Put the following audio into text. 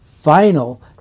final